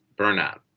Burnout